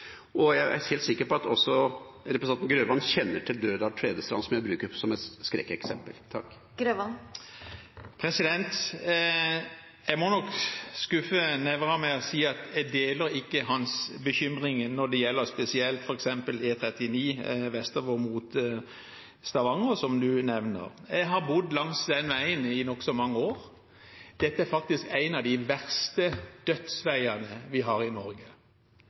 Jeg er helt sikker på at representanten Grøvan også kjenner til Dørdal–Tvedestrand, som jeg bruker som et skrekkeksempel. Jeg må nok skuffe Nævra ved å si at jeg ikke deler hans bekymring når det gjelder f.eks. E39 vestover mot Stavanger, som han nevnte. Jeg har bodd langs den veien i nokså mange år. Dette er faktisk en av de verste dødsveiene vi har i Norge,